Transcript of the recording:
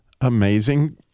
amazing